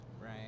Right